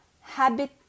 habit